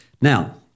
Now